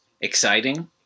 exciting